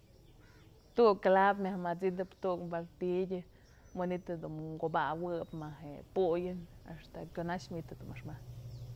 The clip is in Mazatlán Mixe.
Ku'uk clavo myaj mat'sydëp, tu'uk martillo manytë jedun kubawëp maje'e puyën ëxtë kyunax manytë jedun mëxmaj t'snëp.